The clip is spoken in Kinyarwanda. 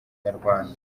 nyarwanda